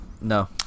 No